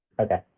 Okay